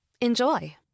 Enjoy